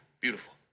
beautiful